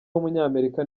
w’umunyamerika